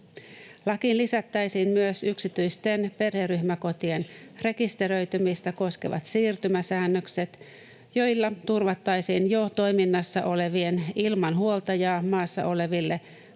Lakiin lisättäisiin myös yksityisten perheryhmäkotien rekisteröitymistä koskevat siirtymäsäännökset, joilla turvattaisiin jo toiminnassa olevien, ilman huoltajaa maassa oleville lapsille